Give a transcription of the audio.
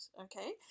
okay